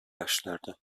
yaşlarda